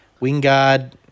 Wingard